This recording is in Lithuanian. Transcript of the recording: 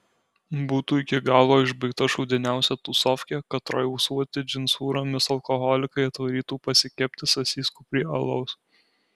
būtų iki galo išbaigta šūdiniausia tūsofkė katroj ūsuoti džinsūromis alkoholikai atvarytų pasikepti sasyskų prie alaus